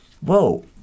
whoa